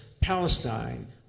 Palestine